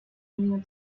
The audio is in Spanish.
vino